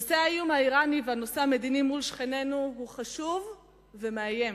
נושא אירן והנושא המדיני מול שכנינו חשובים ומאיימים,